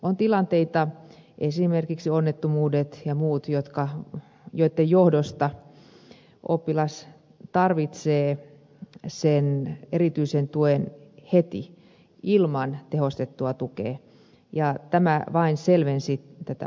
on tilanteita esimerkiksi onnettomuudet ja muut joitten johdosta oppilas tarvitsee sen erityisen tuen heti ilman tehostettua tukea ja tämä vain selvensi tätä asiaa